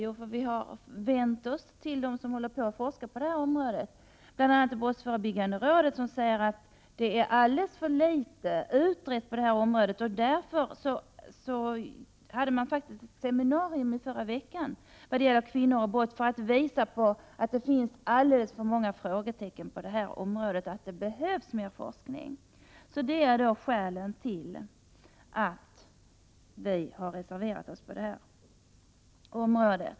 Jo, vi har vänt oss till dem som forskar på det här området, bl.a. till brottsförebyggande rådet, BRÅ, som säger att det har utretts alldeles för litet på området. I förra veckan hölls det faktiskt ett seminarium om kvinnor och brott för att visa att det finns alldeles för många frågetecken, varför det behövs mer forskning. Detta är skälet till att vi har reserverat oss.